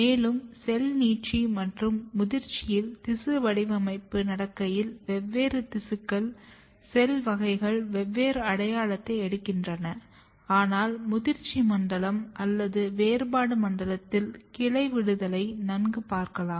மேலும் செல் நீட்சி மற்றும் முதிர்ச்சியில் திசு வடிவமைப்பு நடக்கையில் வெவ்வேறு திசுக்கள் செல் வகைகள் வெவ்வேறு அடையாளத்தை எடுக்கின்றன ஆனால் முதிர்ச்சி மண்டலம் அல்லது வேறுபாடு மண்டலத்தில் கிளை விடுதலை நன்கு பார்க்கலாம்